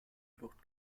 flucht